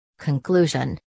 Conclusion